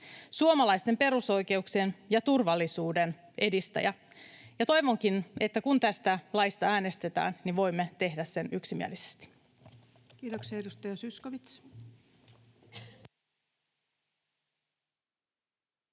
suomalaisten perusoikeuksien ja turvallisuuden edistäjä. Toivonkin, että kun tästä laista äänestetään, niin voimme tehdä sen yksimielisesti. Kiitoksia. — Edustaja Zyskowicz.